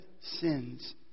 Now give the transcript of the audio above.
sins